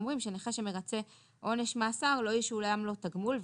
אומרים שנכה שמרצה עונש מאסר לא ישולם לו תגמול,